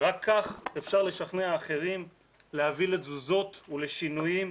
רק כך אפשר לשכנע אחרים להביא לתזוזות ולשינויים,